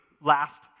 last